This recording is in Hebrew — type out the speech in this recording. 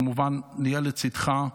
כמובן נהיה לצידך,